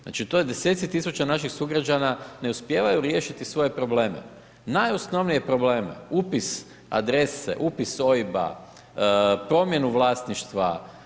Znači, to je deseci tisuća naših sugrađana ne uspijevaju riješiti svoje probleme, najosnovnije probleme, upis adrese, upis OIB-a, promjenu vlasništva.